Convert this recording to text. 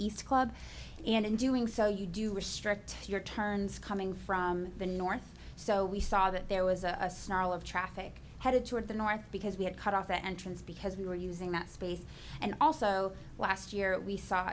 east club and in doing so you do restrict your turns coming from the north so we saw that there was a snarl of traffic headed toward the north because we had cut off the entrance because we were using that space and also last year we saw